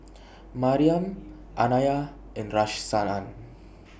Mariam Anaya and Rahsaan